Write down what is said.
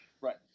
right